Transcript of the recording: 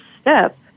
step